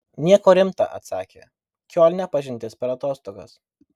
nieko rimta atsakė kiolne pažintis per atostogas